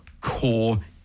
core